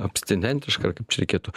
abstinentiška ar kaip čia reikėtų